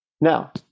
Now